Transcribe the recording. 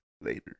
later